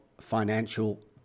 financial